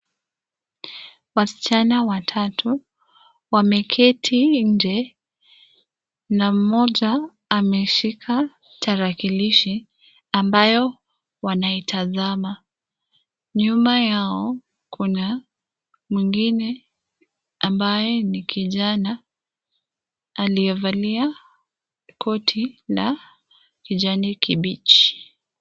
Wasichana watatu wameketi nje na mmoja ameshika tarakilishi ambayo wanaitazama. Nyuma yao kuna mwingine ambaye ni kijana aliyevalia koti la kijani kibichi.